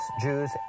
Jews